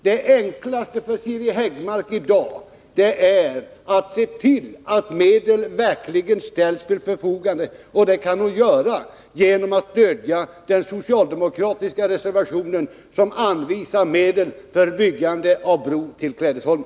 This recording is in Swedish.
Det enklaste som Siri Häggmark i dag kan göra för att se till att medel verkligen ställs till förfogande är att stödja den socialdemokratiska reservationen, där det anvisas medel för byggande av bron till Klädesholmen.